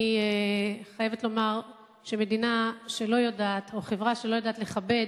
אני חייבת לומר שמדינה או חברה שלא יודעת לכבד